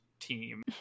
team